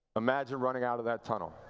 imagine running out of that tunnel.